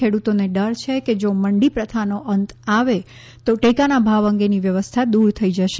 ખેડૂતોને ડર છે કે જો મંડી પ્રથાનો અંત આવે તો ટેકાના ભાવ અંગેની વ્યવસ્થા દૂર થઈ જશે